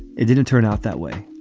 it didn't turn out that way.